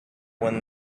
win